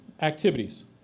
activities